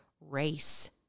race